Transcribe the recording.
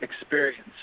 experience